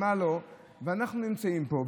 ואנחנו נמצאים פה,